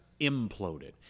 imploded